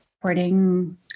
supporting